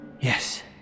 Yes